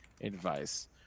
advice